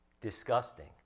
disgusting